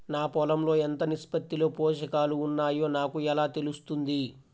నా పొలం లో ఎంత నిష్పత్తిలో పోషకాలు వున్నాయో నాకు ఎలా తెలుస్తుంది?